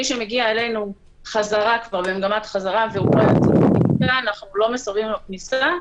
מי שמגיע אלינו במגמת חזרה אנחנו לא מסרבים לו כניסה,